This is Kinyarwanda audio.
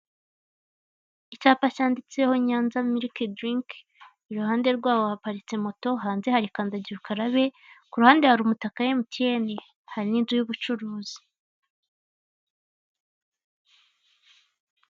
Icyapa cyanditseho Nyanza milike dirinki, iruhande rwaho haparitse moto, hanze hari kandagira ukarabe, ku ruhande hari umutaka wa emutiyene, hari n'inzu y'ubucuruzi.